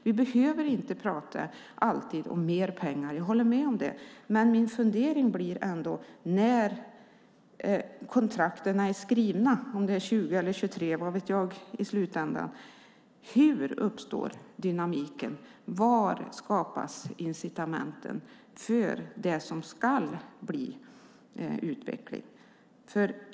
Vi behöver inte alltid prata om mer pengar. Jag håller med om det. Men jag har ändå en fundering. När kontrakten är skrivna - jag vet inte om det är 20 eller 23 i slutändan - hur uppstår då dynamiken? Var skapas incitamenten för det som ska bli utveckling?